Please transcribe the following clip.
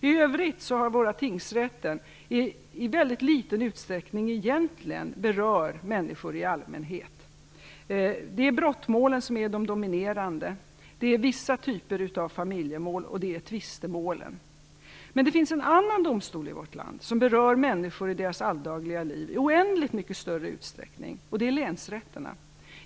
I övrigt berör våra tingsrätter egentligen i väldigt liten utsträckning människor i allmänhet. De dominerande målen är brottmålen, vissa typer av familjemål och tvistemålen. Men det finns en annan domstol i vårt land som berör människor i deras alldagliga liv i oändligt mycket större utsträckning, och det är länsrätterna.